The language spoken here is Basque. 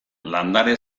landare